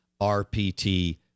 RPT